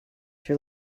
sure